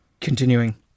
Continuing